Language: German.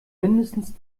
mindestens